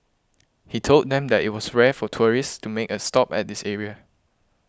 he told them that it was rare for tourists to make a stop at this area